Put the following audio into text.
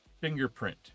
fingerprint